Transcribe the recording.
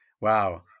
Wow